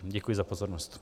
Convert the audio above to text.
Děkuji za pozornost.